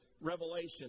Revelation